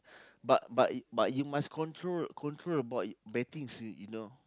but but y~ but you must control control about y~ bettings you know